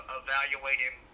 evaluating